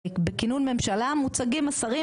הרי בכינון ממשלה מוצגים השרים,